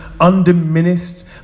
undiminished